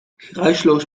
geruisloos